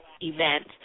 event